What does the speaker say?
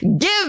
give